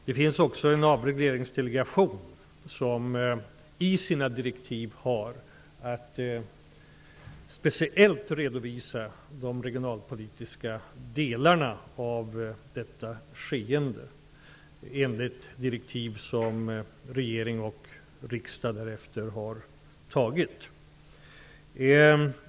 Det finns också en avregleringsdelegation, som har att speciellt redovisa de regionalpolitiska delarna av detta skeende, enligt direktiv från regering och riksdag.